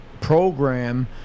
program